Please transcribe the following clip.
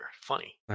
funny